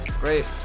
great